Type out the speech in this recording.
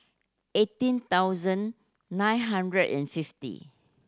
eighteen thousand nine hundred and fifty